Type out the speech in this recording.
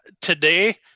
today